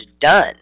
done